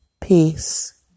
Peace